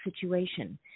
situation